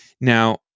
Now